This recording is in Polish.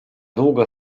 długo